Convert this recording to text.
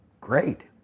great